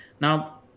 Now